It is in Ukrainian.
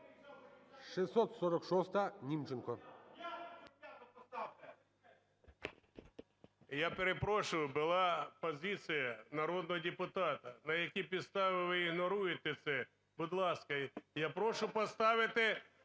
Я перепрошую, була позиція народного депутата. На якій підставі ви ігноруєте це? Будь ласка, я прошу поставити,